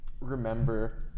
remember